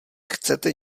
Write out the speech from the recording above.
chcete